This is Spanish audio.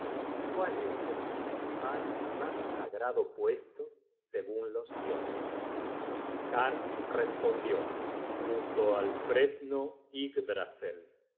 cuál es el principal y mas sagrado puesto segun los dioses har respondió junto al fresno